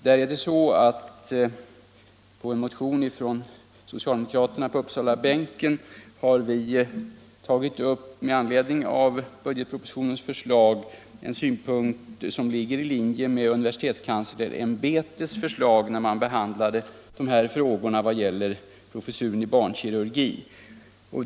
Med anledning av budgetpropositionens förslag har alltså socialdemokraterna på Uppsalabänken i en motion tagit upp en synpunkt som ligger i linje med universitetskanslersämbetets förslag när det gäller professuren i barnkirurgi.